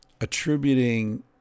Attributing